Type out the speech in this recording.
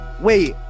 wait